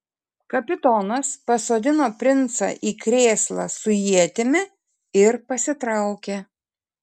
kapitonas pasodino princą į krėslą su ietimi ir pasitraukė